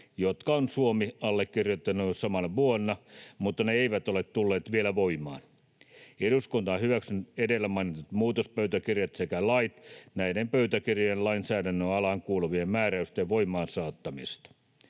jotka Suomi on allekirjoittanut jo samana vuonna, mutta ne eivät ole tulleet vielä voimaan. Eduskunta on hyväksynyt edellä mainitut muutospöytäkirjat sekä lait näiden pöytäkirjojen lainsäädännön alaan kuuluvien määräysten voimaansaattamisesta.